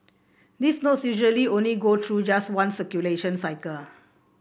these notes usually only go through just one circulation cycle